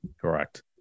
correct